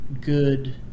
good